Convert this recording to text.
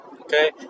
Okay